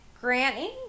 granny